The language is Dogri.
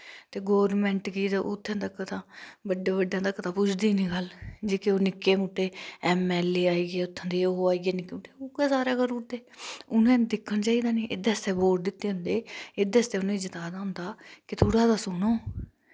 ते गौरमैंट गी ते उत्थें तक ता बड्डें बड्डें तक तां पुजदी नी गल्ल जेह्के ओह् निक्के मुट्टे एम एल ऐ आइयै उत्थे दे ओह् आइयै निक्के मुट्टे उऐ सारा करुड़दे उनें दिक्खना चाहिदा नी एह्दै आस्तै वोट दित्ते होंदे एह्दै आस्तै आस्तै उ'नें जताऽ दा होंदा तां थोह्ड़ा तां सुनो